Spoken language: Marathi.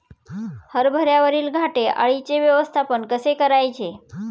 हरभऱ्यावरील घाटे अळीचे व्यवस्थापन कसे करायचे?